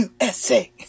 USA